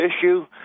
issue